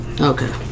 Okay